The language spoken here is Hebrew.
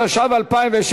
התשע"ו 2016,